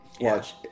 watch